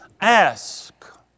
ask